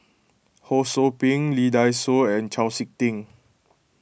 Ho Sou Ping Lee Dai Soh and Chau Sik Ting